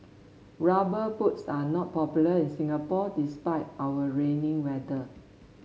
rubber boots are not popular in Singapore despite our rainy weather